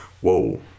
whoa